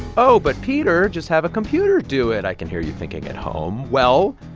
oh, but, peter, just have a computer do it, i can hear you thinking at home. well,